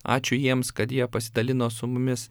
ačiū jiems kad jie pasidalino su mumis